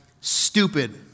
stupid